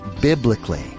biblically